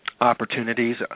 Opportunities